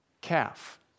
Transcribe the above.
calf